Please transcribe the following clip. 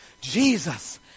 Jesus